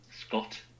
Scott